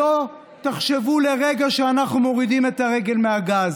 שלא תחשבו לרגע שאנחנו מורידים את הרגל מהגז.